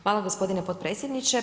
Hvala gospodine potpredsjedniče.